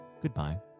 goodbye